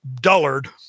dullard